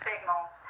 Signals